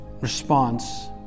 response